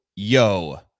Yo